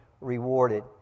rewarded